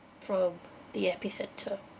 from the epicentre